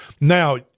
Now